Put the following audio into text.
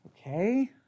Okay